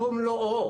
ומי מבקר את זה?